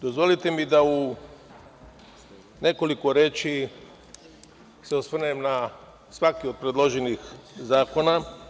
Dozvolite mi da se u nekoliko reči osvrnem na svaki od predloženih zakona.